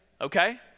Okay